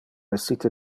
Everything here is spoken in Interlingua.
essite